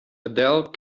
adele